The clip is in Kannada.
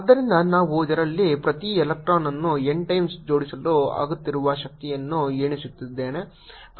ಆದ್ದರಿಂದ ನಾನು ಇದರಲ್ಲಿ ಪ್ರತಿ ಎಲೆಕ್ಟ್ರಾನ್ ಅನ್ನು n ಟೈಮ್ಸ್ ಜೋಡಿಸಲು ಅಗತ್ಯವಿರುವ ಶಕ್ತಿಯನ್ನು ಎಣಿಸುತ್ತಿದ್ದೇನೆ